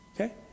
Okay